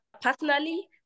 personally